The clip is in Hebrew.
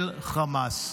של חמאס.